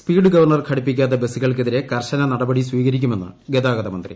speed governor ഘടിപ്പിക്കാത്ത ബസുകൾക്കെതിരെ കർശന നടപടി സ്വീക്രിക്കുമെന്ന് ഗതാഗതമന്ത്രി